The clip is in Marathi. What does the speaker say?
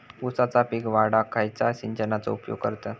ऊसाचा पीक वाढाक खयच्या सिंचनाचो उपयोग करतत?